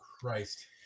Christ